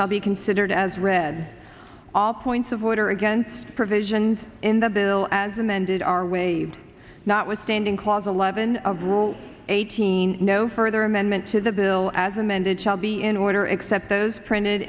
shall be considered as read all points of order against provisions in the bill as amended or waived notwithstanding clause eleven of rule eighteen no further amendment to the bill as amended shall be in order except those printed